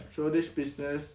so this business